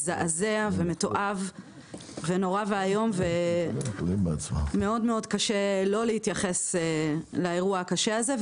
אירוע מזעזע ומתועב ומאוד קשה לא להתייחס לאירוע הקשה הזה.